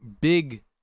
big